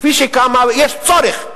כפי שקמה, ויש צורך.